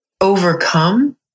overcome